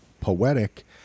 poetic